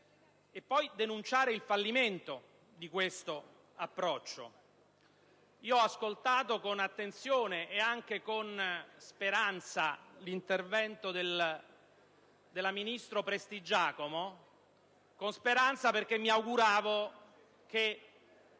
denunciare il fallimento di questo approccio. Ho ascoltato con attenzione e anche con speranza l'intervento della ministro Prestigiacomo. Con speranza, perché, a oltre